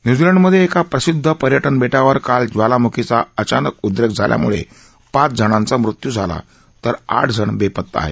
न्यूझीलंडमध्ये एका प्रसिद्ध पर्य न बे ावर काल ज्वालाम्खीचा अचानक उद्रेक झाल्याम्ळे पाच जणांचा मृत्यू झाला तर आठजण बेपता आहेत